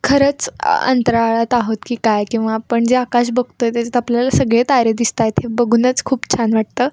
खरंच अंतराळात आहोत की काय किंवा आपण जे आकाश बघतो आहे त्याच्यात आपल्याला सगळे तारे दिसतायत बघूनच खूप छान वाटतं